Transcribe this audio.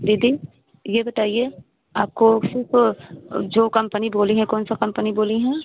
दीदी ये बताइए आपको सिर्फ जो कम्पनी बोली हैं कौन सा कम्पनी बोली हैं